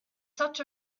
such